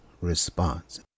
response